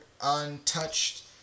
untouched